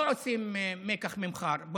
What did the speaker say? לא עושים מקח וממכר, תודה.